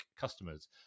customers